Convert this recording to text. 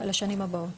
לשנים הבאות.